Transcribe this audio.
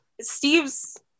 Steve's